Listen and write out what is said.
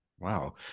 wow